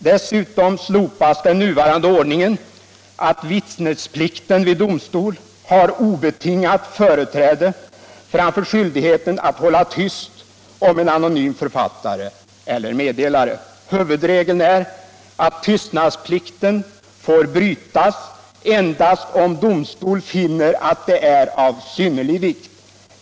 Dessutom slopas den nuvarande ordningen att vittnesplikten vid domstol har obetingat företräde framför skyldigheten att hålla tyst om en anonym författare eller meddelare. Huvudregeln är att tystnadsplikten får brytas endast om domstol finner detta vara av synnerlig vikt.